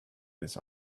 this